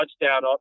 touchdown